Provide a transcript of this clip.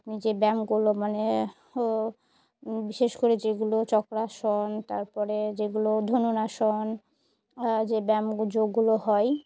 আপনি যে ব্যায়ামগুলো মানে বিশেষ করে যেগুলো চক্রাসন তারপরে যেগুলো ধনুরাসন যে ব্যায়াম যোগগুলো হয়